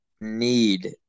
need